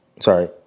sorry